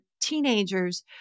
teenagers